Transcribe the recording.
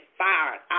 fired